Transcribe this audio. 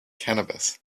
cannabis